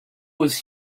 was